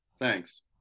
thanks